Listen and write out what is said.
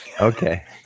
okay